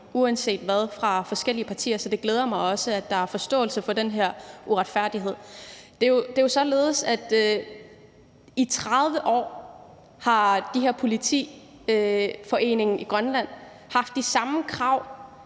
opbakning fra forskellige partier, så det glæder mig også, at der er forståelse for den her uretfærdighed. Det er jo således, at i 30 år har politiforeningen i Grønland haft de samme krav